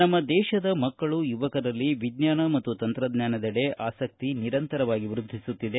ನಮ್ಮ ದೇಶದ ಮಕ್ಕಳು ಯುವಕರಲ್ಲಿ ವಿಜ್ಞಾನ ಮತ್ತು ತಂತ್ರಜ್ಞಾನದೆಡೆ ಆಸಕ್ತಿ ನಿರಂತರವಾಗಿ ವೃದ್ಧಿಸುತ್ತಿದೆ